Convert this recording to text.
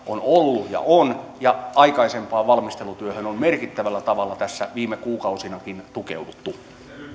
ovat olleet ja ovat ja aikaisempaan valmistelutyöhön on merkittävällä tässä viime kuukausinakin tukeuduttu